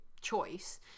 Choice